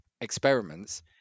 experiments